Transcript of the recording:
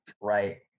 right